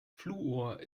fluor